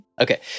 Okay